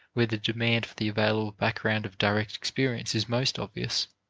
where the demand for the available background of direct experience is most obvious,